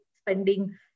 spending